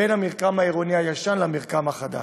בין המרקם העירוני הישן למרקם החדש.